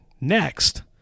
next